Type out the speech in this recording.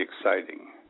exciting